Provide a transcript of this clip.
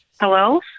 hello